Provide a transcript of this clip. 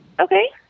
Okay